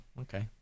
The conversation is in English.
okay